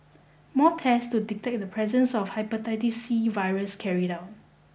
more test to detect the presence of hepatitis C virus carried out